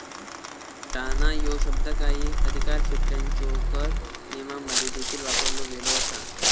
टाळणा ह्यो शब्द काही अधिकारक्षेत्रांच्यो कर नियमांमध्ये देखील वापरलो गेलो असा